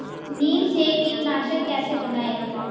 नीम से कीटनाशक कैसे बनाएं?